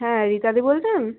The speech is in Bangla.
হ্যাঁ রীতাদি বলছেন